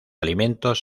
alimentos